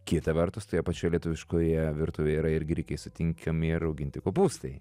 kita vertus toje pačioje lietuviškoje virtuvėje yra ir grikiai sutinkami ir rauginti kopūstai